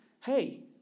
hey